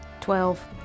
Twelve